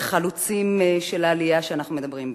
חלוצים של העלייה שאנחנו מדברים בה.